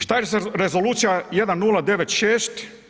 Što je sa Rezolucija 1096.